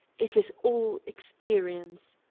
it is all experience.